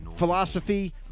Philosophy